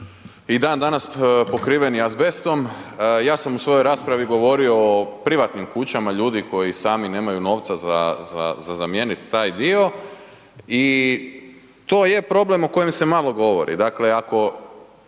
i dan danas pokriveni s azbestom. Ja sam u svojoj raspravi govorio o privatnim kućama, ljudi koji sami nemaju novca za zamijeniti taj dio i to je problem o kojem se malo govori.